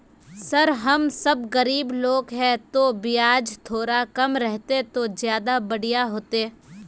sir हम सब गरीब लोग है तो बियाज थोड़ा कम रहते तो ज्यदा बढ़िया होते